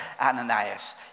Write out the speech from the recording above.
Ananias